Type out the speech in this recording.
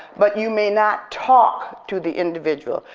but you may not talk to the individual.